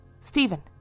Stephen